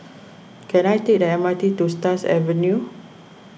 can I take the M R T to Stars Avenue